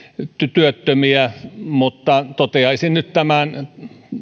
työttömiä mutta toteaisin nyt tämän